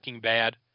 Bad